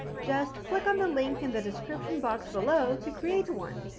just click on the link in the description box below to create one.